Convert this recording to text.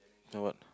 this one what